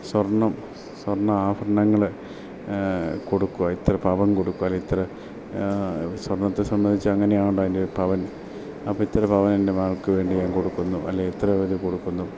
സ്വർണ്ണം സ്വർണ്ണ ആഭരണങ്ങൾ കൊടുക്കുക ഇത്ര പവൻ കൊടുക്കുക അല്ലെ ഇത്ര സ്വർണത്തെ സംബന്ധിച്ച് അങ്ങനെയാണല്ലോ അതിൻ്റെ ഒരു പവൻ അപ്പം ഇത്ര പവൻ എൻ്റെ മകൾക്ക് വേണ്ടി ഞാൻ കൊടുക്കുന്നു അല്ലേ ഇത്രവരെ കൊടുക്കുന്നു